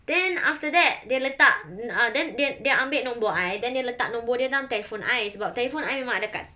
then after that dia letak mm ah then then dia ambil nombor I then dia letak nombor dia dalam telefon I sebab telephone I memang ada kat